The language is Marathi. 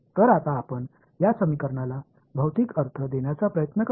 तर आता आपण या समीकरणाला भौतिक अर्थ देण्याचा प्रयत्न करू